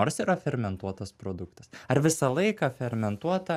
nors yra fermentuotas produktas ar visą laiką fermentuota